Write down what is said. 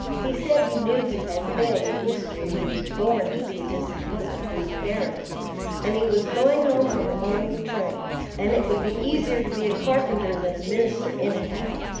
he said he knew he had failed in history and he was born to be a disappointment to his parents and he was going home on the morning train and it would be easier to be a carpenter than a minister, anyhow.